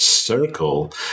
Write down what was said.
circle